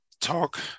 talk